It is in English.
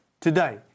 today